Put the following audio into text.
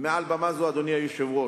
מעל במה זו, אדוני היושב-ראש,